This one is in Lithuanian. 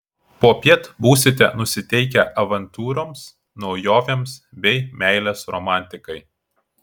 popiet būsite nusiteikę avantiūroms naujovėms bei meilės romantikai